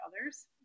others